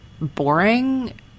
boring